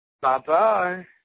Bye-bye